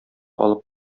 алып